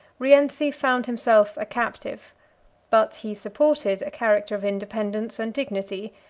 rienzi found himself a captive but he supported a character of independence and dignity,